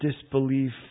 disbelief